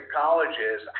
colleges